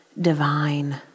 divine